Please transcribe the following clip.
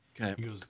Okay